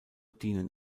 dienen